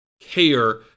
care